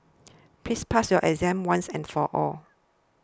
please pass your exam once and for all